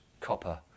copper